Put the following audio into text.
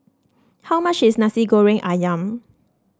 how much is Nasi Goreng ayam